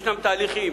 יש תהליכים.